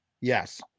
Yes